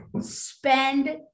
spend